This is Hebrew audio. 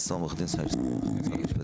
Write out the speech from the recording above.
עורך דין שי סומך ממשרד המשפטים.